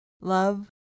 love